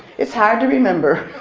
it's hard to remember.